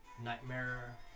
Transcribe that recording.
nightmare